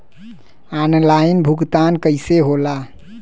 Online भुगतान कईसे होला?